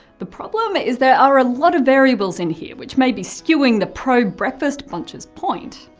the problem is there are a lot of variables in here which may be skewing the pro-breakfast bunch's point.